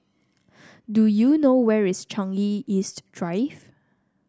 do you know where is Changi East Drive